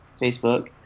Facebook